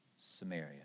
Samaria